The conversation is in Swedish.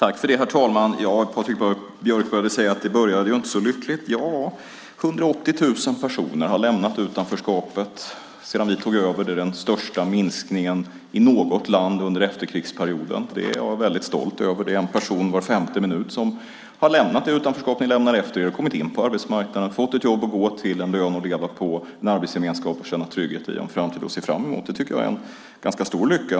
Herr talman! Patrik Björck började med att säga att det inte började så lyckligt. Men 180 000 personer har lämnat utanförskapet sedan vi tog över. Det är den största minskningen i något land under efterkrigsperioden. Det är jag väldigt stolt över. En person var femte minut har lämnat det utanförskap ni lämnade efter er och kommit in på arbetsmarknaden, fått ett jobb att gå till, en lön att leva på, en arbetsgemenskap att känna trygghet i och en framtid att se fram emot. Det tycker jag är en ganska stor lycka.